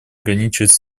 ограничивать